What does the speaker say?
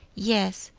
yes,